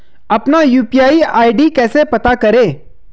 अपना UPI ID कैसे पता करें?